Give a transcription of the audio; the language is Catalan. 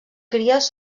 cries